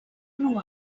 grew